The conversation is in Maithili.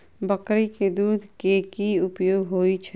बकरी केँ दुध केँ की उपयोग होइ छै?